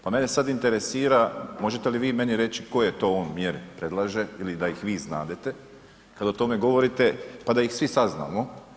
Pa mene sada interesira možete li vi meni reći koje on to mjere predlaže ili da ih vi znadete kada o tome govorite, pa da ih svi saznamo.